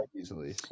easily